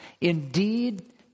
Indeed